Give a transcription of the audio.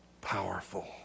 powerful